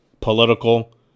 political